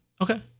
Okay